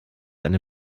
eine